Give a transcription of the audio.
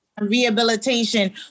rehabilitation